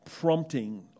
prompting